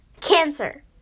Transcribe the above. Cancer